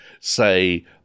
say